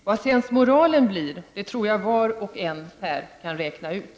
Vad sensmoralen blir, tror jag var och en kan räkna ut.